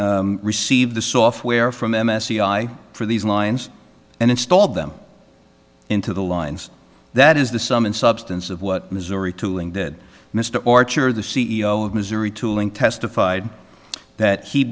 to receive the software from m s c i for these lines and installed them into the lines that is the sum and substance of what missouri tooling did mr archer the c e o of missouri tooling testified that he